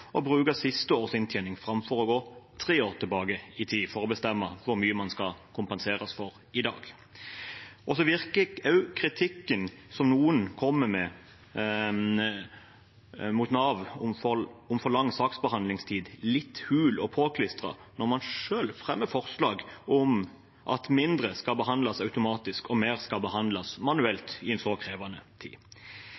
og bruke siste års inntjening framfor å gå tre år tilbake i tid for å bestemme hvor mye man skal kompenseres for i dag. Så virker også kritikken som noen kommer med mot Nav om for lang saksbehandlingstid, litt hul og påklistret når man selv fremmer forslag om at mindre skal behandles automatisk og mer skal behandles